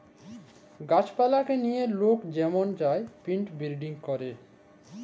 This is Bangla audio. গাহাছ পালাকে লিয়ে লক যেমল চায় পিলেন্ট বিরডিং ক্যরে